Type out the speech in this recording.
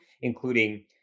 including